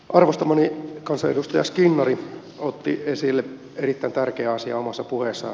arvostamani kansanedustaja skinnari otti esille erittäin tärkeän asian omassa puheessaan